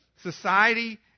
society